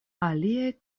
aliaj